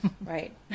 right